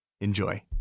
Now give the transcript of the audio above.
Enjoy